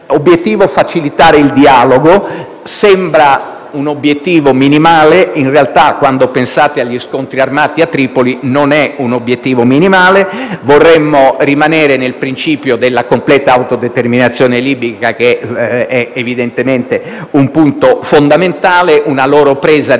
L'obiettivo è facilitare il dialogo: sembra un obiettivo minimale ma in realtà, quando pensate gli scontri armati a Tripoli, non lo è. Vorremmo rimanere all'interno del principio della completa autodeterminazione libica, che è evidentemente un punto fondamentale, una loro presa di